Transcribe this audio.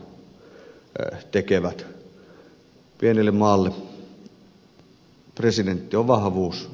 pienelle maalle presidentti on vahvuus